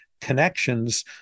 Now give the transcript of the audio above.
connections